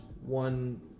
one